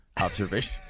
observation